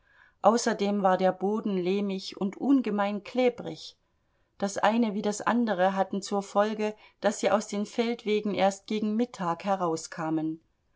außerdem war der boden lehmig und ungemein klebrig das eine wie das andere hatten zur folge daß sie aus den feldwegen erst gegen mittag herauskamen